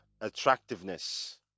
attractiveness